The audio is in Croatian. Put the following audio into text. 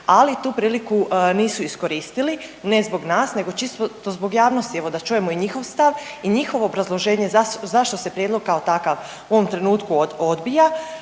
ali tu priliku nisu iskoristili ne zbog nas nego čisto zbog javnosti evo da čujemo i njihov stav i njihovo obrazloženje zašto se prijedlog kao takav u ovom trenutku odbija.